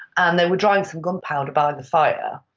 and they were drying some gunpower by the fire,